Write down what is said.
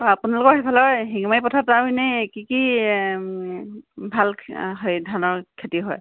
আপোনালোকৰ সিফালৰ শিঙিমাৰি পথাৰত তাৰ মানে কি কি ভাল হেৰি ধানৰ খেতি হয়